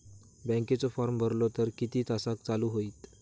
बँकेचो फार्म भरलो तर किती तासाक चालू होईत?